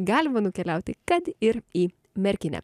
galima nukeliauti kad ir į merkinę